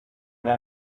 der